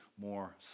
more